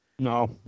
No